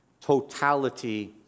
totality